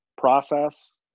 Process